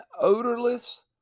odorless